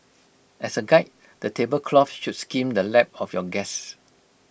as A guide the table cloth should skim the lap of your guests